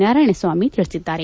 Narayanaswamy ತಿಳಸಿದ್ದಾರೆ